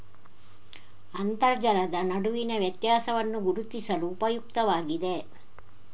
ಅಂತರ್ಜಲದ ನಡುವಿನ ವ್ಯತ್ಯಾಸವನ್ನು ಗುರುತಿಸಲು ಉಪಯುಕ್ತವಾಗಿದೆ